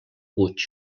puig